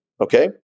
okay